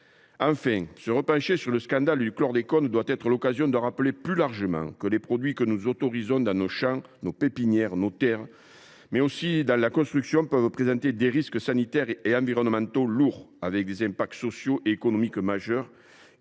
Enfin, se pencher de nouveau sur le scandale du chlordécone offre l’occasion de rappeler plus largement que les produits que nous autorisons dans nos champs, dans nos pépinières, sur nos terres, mais aussi dans la construction, peuvent présenter des risques sanitaires et environnementaux lourds, dont les impacts socio économiques sont majeurs